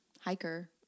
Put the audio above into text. hiker